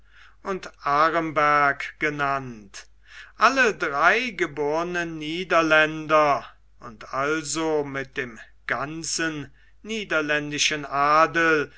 und aremberg genannt alle drei geborne niederländer und also mit dem ganzen niederländischen adel